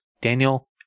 Daniel